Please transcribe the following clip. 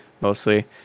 mostly